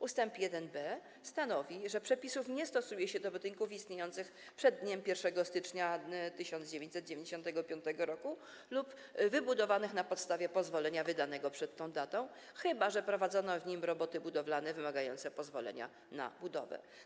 Ustęp 1b stanowi, że przepisów nie stosuje się do budynków istniejących przed dniem 1 stycznia 1995 r. lub wybudowanych na podstawie pozwolenia wydanego przed tą datą, chyba że prowadzono w nim roboty budowlane wymagające pozwolenia na budowę.